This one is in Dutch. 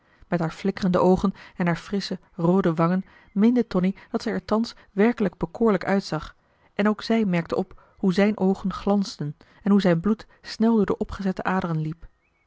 met haar flikkerende oogen en haar frissche roode wangen meende tonie dat zij er thans werkelijk bekoorlijk uitzag en ook zij merkte op hoe zijn oogen glansden en hoe zijn bloed snel door de opgezette aderen liep